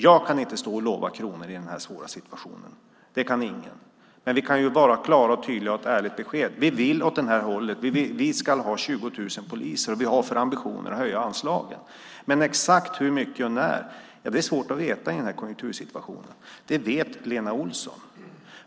Jag kan inte stå och lova kronor i den här svåra situationen. Det kan ingen. Men vi kan vara klara och tydliga och ge ett ärligt besked. Vi vill åt det här hållet. Vi ska ha 20 000 poliser och har ambitioner att höja anslaget. Men exakt med hur mycket och när är svårt att veta i den här konjunktursituationen. Det vet Lena Olsson.